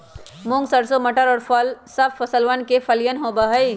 मूंग, सरसों, मटर और सब फसलवन के फलियन होबा हई